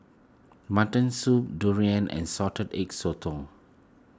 Mutton Soup Durian and Salted Egg Sotong